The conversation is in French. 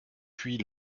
puis